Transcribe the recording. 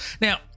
Now